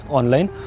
online